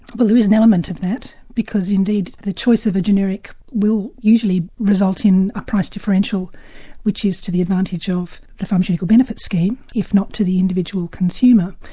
but is an element of that because indeed the choice of a generic will usually result in a price differential which is to the advantage of the pharmaceutical benefit scheme if not to the individual consumer.